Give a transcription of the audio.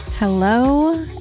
Hello